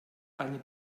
eine